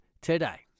today